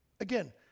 Again